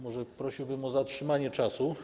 Może prosiłbym o zatrzymanie czasu.